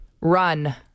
run